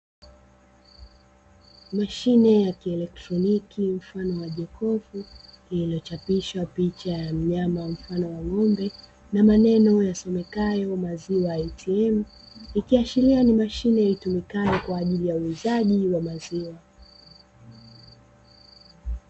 Mashine ya kielektroniki mfano wa jokofu lililochapishwa picha ya mnyama mfano wa ng'ombe na maneno yasomekayo "maziwa ATM" ikiashiria ni mashine itumikayo kwa ajili ya uuzaji wa maziwa.